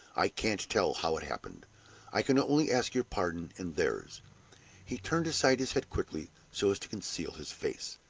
i can't tell how it happened i can only ask your pardon and theirs. he turned aside his head quickly so as to conceal his face.